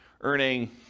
earning